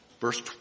Verse